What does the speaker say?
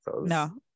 no